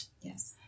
Yes